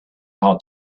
how